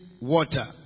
water